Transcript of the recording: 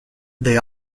they